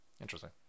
Interesting